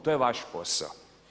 To je vaš posao.